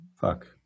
Fuck